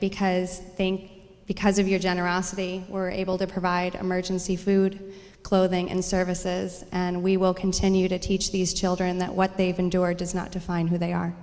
because i think because of your generosity we're able to provide emergency food clothing and services and we will continue to teach these children that what they've endured does not define who they are